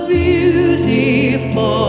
beautiful